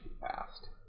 fast